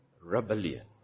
rebellion